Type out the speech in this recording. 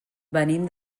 venim